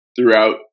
throughout